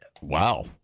Wow